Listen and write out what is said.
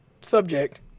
subject